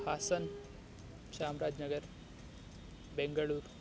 Hassan Chamarajanagar Bengaluru